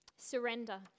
Surrender